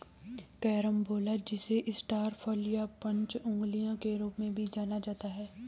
carambola जिसे star फल या पांच अंगुलियों के रूप में भी जाना जाता है